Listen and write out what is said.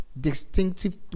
distinctive